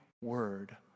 word